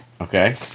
Okay